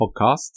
Podcast